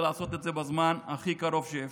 ולעשות את זה בזמן הכי קרוב שאפשר.